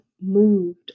moved